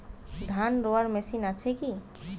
ধান রোয়ার মেশিন আছে কি?